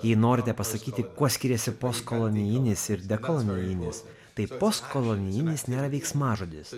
jei norite pasakyti kuo skiriasi postkolonijinis ir dekolonijinis tai postkolonijinis nėra veiksmažodis